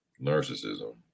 narcissism